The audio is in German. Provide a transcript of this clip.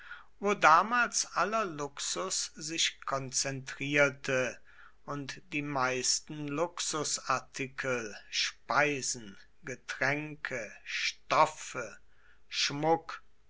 wo damals aller luxus sich konzentrierte und die meisten luxusartikel speisen getränke stoffe schmuck